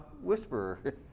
Whisperer